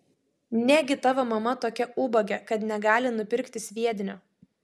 negi tavo mama tokia ubagė kad negali nupirkti sviedinio